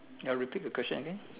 ya repeat the question again